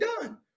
done